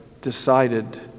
decided